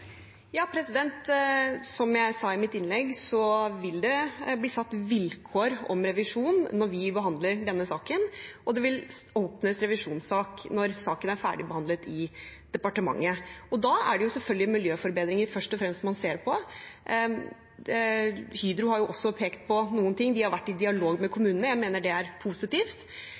Som jeg sa i mitt innlegg, vil det bli satt vilkår om revisjon når vi behandler denne saken, og det vil åpnes revisjonssak når saken er ferdigbehandlet i departementet. Da er det selvfølgelig først og fremst miljøforbedringer man ser på. Hydro har også pekt på noen ting. De har vært i dialog med kommunene, og jeg mener det er positivt.